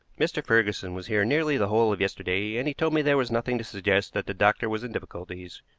mr. ferguson was here nearly the whole of yesterday, and he told me there was nothing to suggest that the doctor was in difficulties,